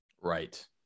right